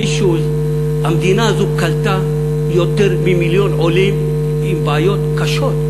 המדינה הזו קלטה יותר ממיליון עולים עם בעיות קשות.